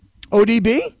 ODB